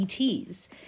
ETs